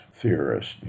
theorist